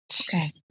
Okay